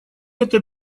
это